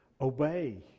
obey